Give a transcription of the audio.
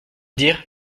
dire